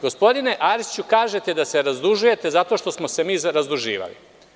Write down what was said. Gospodine Arsiću, kažete da se razdužujete zato što smo se mi zarazduživali.